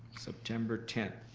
september ten.